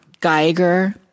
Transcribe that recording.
geiger